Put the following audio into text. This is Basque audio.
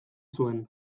zuen